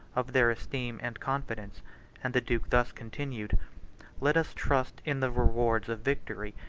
of their esteem and confidence and the duke thus continued let us trust in the rewards of victory,